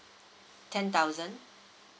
ten thousand